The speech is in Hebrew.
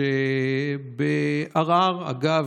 כשבערר, אגב,